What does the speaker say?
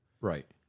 right